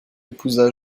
épousa